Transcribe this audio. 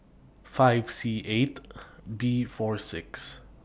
five C eight B four six